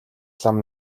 лам